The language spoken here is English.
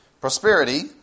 Prosperity